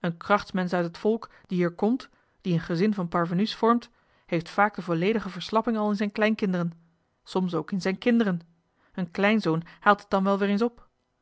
een krachtsmensch uit het volk die er komt die een gezin van parvenu's vormt heeft vaak de volledige verslapping al in zijn kleinkinderen soms ook in zijn kinderen een kleinzoon haalt het dan wel weer eens op